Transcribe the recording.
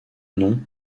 nom